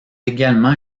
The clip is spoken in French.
également